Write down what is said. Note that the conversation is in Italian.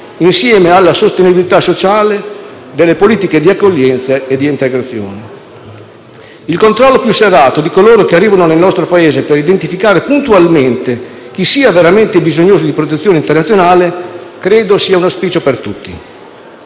insieme alla sostenibilità sociale delle politiche di accoglienza e di integrazione. Il controllo più serrato di coloro che arrivano nel nostro Paese, per identificare puntualmente chi sia veramente bisognoso di protezione internazionale, credo sia un auspicio per tutti.